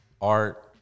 Art